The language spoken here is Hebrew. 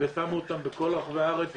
ושמו אותם בכל רחבי הארץ,